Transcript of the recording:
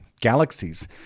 galaxies